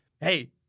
Hey